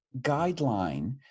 guideline